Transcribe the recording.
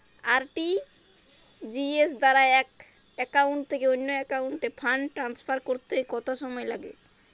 RTGS দ্বারা এক account থেকে অন্য একাউন্টে ফান্ড ট্রান্সফার করতে কত সময় লাগে?